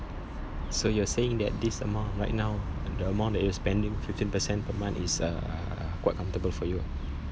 so you are saying that this amount right now the amount that you are spending fifteen percent per month is uh quite comfortable for you ah